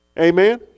Amen